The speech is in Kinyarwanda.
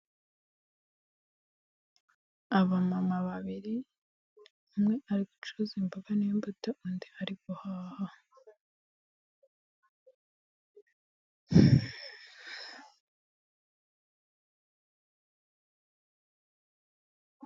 Abamama babiri, umwe ari gucuruza imboga n'imbuto undi ari guhaha.